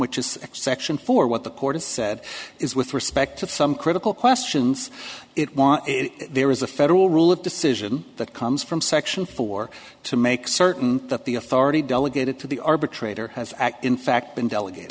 which is section four what the court has said is with respect to some critical questions it want there is a federal rule of decision that comes from section four to make certain that the authority delegated to the arbitrator has act in fact been delegated